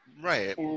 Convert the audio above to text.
Right